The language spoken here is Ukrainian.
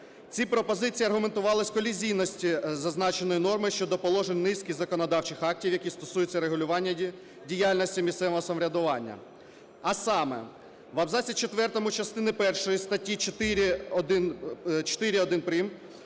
Ці пропозиції аргументувались колізійністю зазначеної норми щодо положень низки законодавчих актів, які стосуються регулювання діяльності місцевого самоврядування, а саме: в абзаці четвертому частини першої статті 4-1